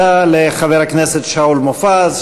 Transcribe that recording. תודה לחבר הכנסת שאול מופז,